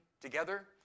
together